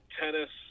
tennis